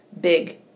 big